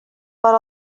per